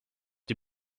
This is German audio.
die